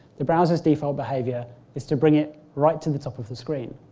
the browser's default behaviour is to bring it right to the top of the screen.